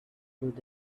would